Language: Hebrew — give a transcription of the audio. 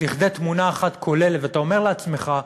לכדי תמונה אחת כוללת, ואתה אומר לעצמך: